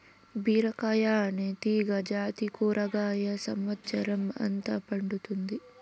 బీరకాయ అనే తీగ జాతి కూరగాయ సమత్సరం అంత పండుతాది